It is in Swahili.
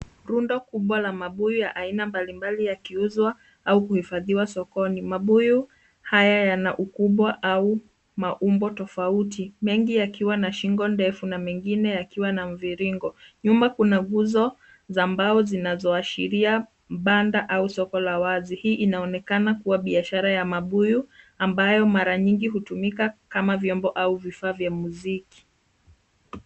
Rundo kubwa la mabuyu aina mbalimbali yakiuzwa au kuhifadhiwa sokoni. Mabuyu haya yana ukubwa au maumbo tofauti. Mengi ya kiwa na shingo ndefu na mengine yakiwa na mviringo. Nyuma kuna guzo za mbao zinazoashiri ya mbanda au soko la wazi. Hii inaonekana kuwa biashara ya mabuyu ambayo mara nyingi hutumika kama vyombo au vifaa vya muziki.